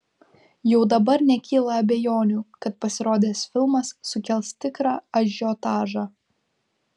jau dabar nekyla abejonių kad pasirodęs filmas sukels tikrą ažiotažą